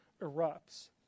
erupts